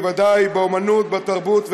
ודאי בתרבות,